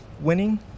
winning